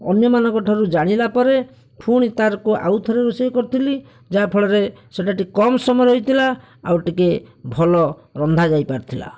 ଅନ୍ୟମାନଙ୍କ ଠାରୁ ଜାଣିଲା ପରେ ପୁଣି ତାକୁ ଆଉ ଥରେ ରୋଷେଇ କରିଥିଲି ଯାହାଫଳରେ ସେଇଟା ଟିକେ କମ ସମୟରେ ହେଇଥିଲା ଆଉ ଟିକେ ଭଲ ରନ୍ଧାଯାଇ ପାରିଥିଲା